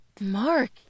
Mark